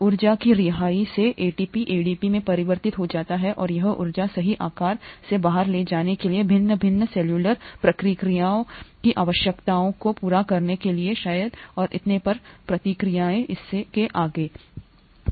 ऊर्जा की रिहाई से एटीपी एडीपी में परिवर्तित हो जाता है और यह ऊर्जा सही आकार सही से बाहर ले जाने के लिए विभिन्न विभिन्न सेलुलर प्रक्रियाओं की आवश्यकताओं को पूरा करने के लिए शायद और इतने पर प्रतिक्रियाएं इसके आगे